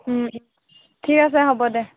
ঠিক আছে হ'ব দে